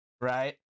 Right